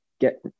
get